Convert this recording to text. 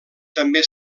també